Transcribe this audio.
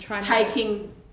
taking